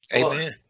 Amen